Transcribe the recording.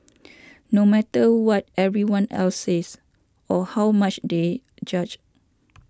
no matter what everyone else says or how much they judge